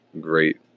great